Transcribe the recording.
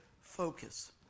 focus